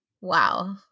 wow